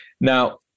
Now